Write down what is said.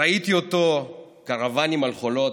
ראיתי אותו עם קרוונים על חולות,